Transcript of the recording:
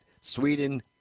Sweden